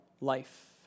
life